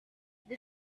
the